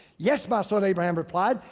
yes, my son. abraham replied.